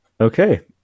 Okay